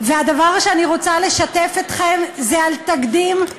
והדבר שאני רוצה לשתף אתכם בו זה תקדים,